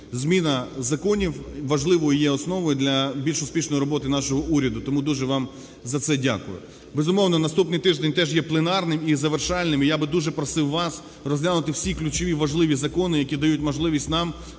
Зміна законів важливою є основою для більш успішної роботи нашого уряду. Тому дуже вам за це дякую. Безумовно, наступний тиждень теж є пленарним і завершальним, і я би дуже просив вас розглянути всі ключові, важливі закони, які дають можливість нам